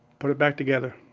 put it back together.